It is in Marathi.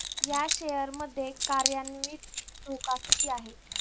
या शेअर मध्ये कार्यान्वित धोका किती आहे?